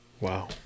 Wow